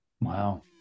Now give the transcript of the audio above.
Wow